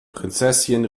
prinzesschen